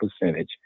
percentage